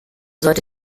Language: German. sollte